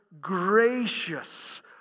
gracious